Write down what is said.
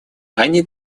они